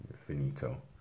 Finito